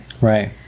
Right